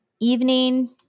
evening